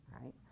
right